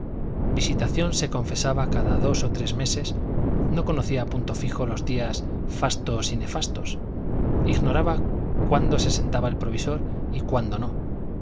visitación se confesaba cada dos o tres meses no conocía a punto fijo los días fastos y nefastos ignoraba cuándo se sentaba el provisor y cuándo no